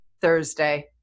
Thursday